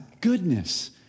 goodness